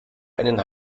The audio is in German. einen